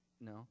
No